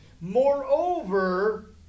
Moreover